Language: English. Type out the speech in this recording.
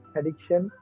addiction